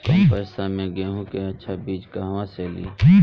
कम पैसा में गेहूं के अच्छा बिज कहवा से ली?